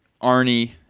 Arnie